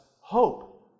hope